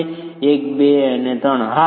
1 2 અને 3 હા